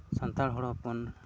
ᱥᱟᱱᱛᱟᱲ ᱦᱚᱲ ᱦᱚᱯᱚᱱ